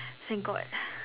thank god